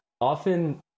often